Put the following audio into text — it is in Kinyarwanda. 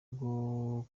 rwo